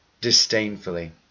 disdainfully